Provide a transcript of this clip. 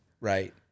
Right